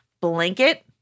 Blanket